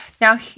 Now